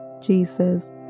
Jesus